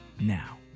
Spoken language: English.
now